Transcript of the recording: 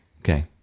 okay